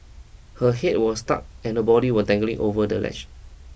her head was stuck and her body was dangling over the ledge